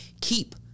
keep